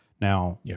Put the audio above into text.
Now